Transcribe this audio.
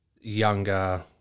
younger –